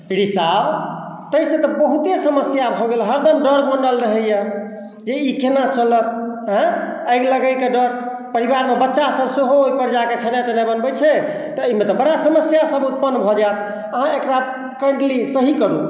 रिसाव ताहि सऽ तऽ बहुते समस्या भऽ गेल हरदम डर बनल रहैया जे ई केना चलत आंय आगि लगै कऽ डर परिवार मे बच्चा सब सेहो ओहि पर जाए कऽ खेनाइ तेनाइ बनबैत रहै छै तऽ ओहि मे तऽ बड़ा समस्या सब उत्पन्न भऽ जाएत अहाँ एकरा कैंडली सही करू